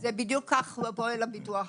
זה בדיוק כך פועל הביטוח הלאומי.